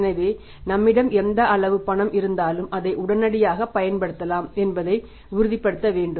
எனவே நம்மிடம் எந்த அளவு பணம் இருந்தாலும் அதை உடனடியாக பயன்படுத்தலாம் என்பதை உறுதிப்படுத்த வேண்டும்